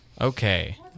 okay